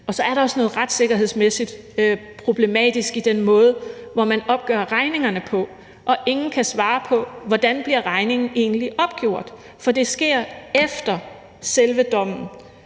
Så er der også noget retssikkerhedsmæssigt problematisk i den måde, hvorpå man opgør regningerne, og ingen kan svare på, hvordan regningen egentlig bliver opgjort. For det sker efter selve dommen,